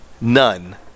none